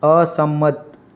અસંમત